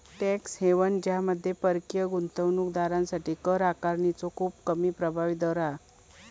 tax haven ज्यामध्ये परकीय गुंतवणूक दारांसाठी कर आकारणीचो खूप कमी प्रभावी दर हा